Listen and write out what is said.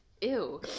Ew